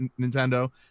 Nintendo